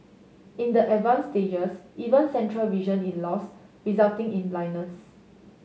in the advance stages even central vision is lost resulting in blindness